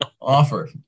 offer